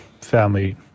family